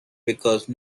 because